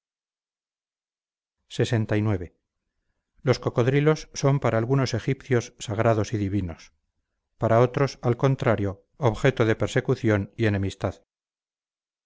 ello percibe lxix los cocodrilos son para algunos egipcios sagrados y divinos para otros al contrario objeto de persecución y enemistad